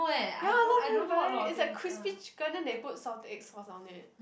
ya a lot of people been buying it's like crispy chicken then they put salted egg sauce on it